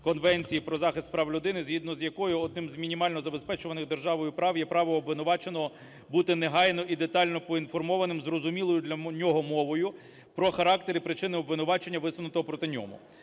Конвенції про захист прав людини, згідно з якою одним з мінімально забезпечуваною державою прав, є право обвинуваченого бути негайно і детально поінформованим зрозумілою для нього мовою про характер і причини обвинувачення, висунутого проти нього.